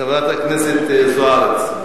חברת הכנסת זוארץ?